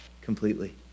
completely